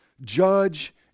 judge